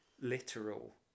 literal